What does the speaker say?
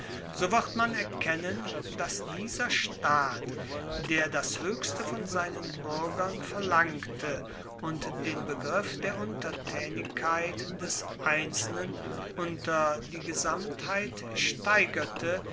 so wird man erkennen dass dieser staat der das hoechste von seinen buergern verlangte und den begriff der untertaenigkeit des einzelnen unter die gesamtheit steigerte